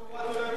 נכון,